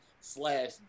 slash